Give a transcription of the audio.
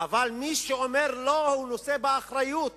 אבל מי שאומר לא הוא נושא באחריות